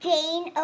Jane